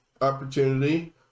opportunity